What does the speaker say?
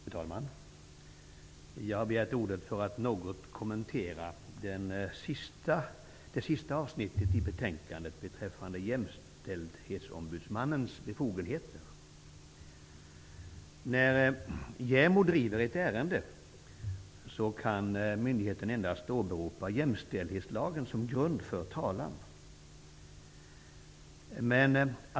Fru talman! Jag har begärt ordet för att något kommentera det sista avsnittet i betänkandet, nämligen JämO:s befogenheter. När JämO driver ett ärende kan myndigheten endast åberopa jämställdhetslagen som grund för talan.